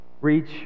reach